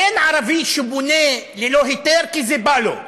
אין ערבי שבונה ללא היתר כי בא לו,